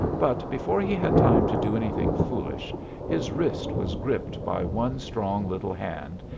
but before he had time to do anything foolish his wrist was gripped by one strong little hand,